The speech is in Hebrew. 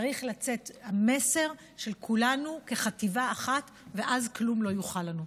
צריך לצאת המסר של כולנו כחטיבה אחת ואז כלום לא יוכל לנו.